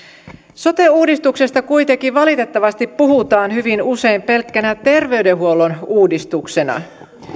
sote uudistuksesta kuitenkin valitettavasti puhutaan hyvin usein pelkkänä terveydenhuollon uudistuksena